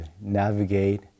navigate